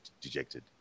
dejected